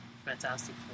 Fantastic